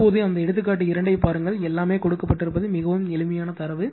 இப்போது அந்த எடுத்துக்காட்டு 2 ஐப் பாருங்கள் எல்லாமே கொடுக்கப்பட்டிருப்பது மிகவும் எளிமையான தரவு